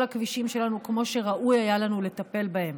הכבישים שלנו כמו שראוי היה לנו לטפל בהם.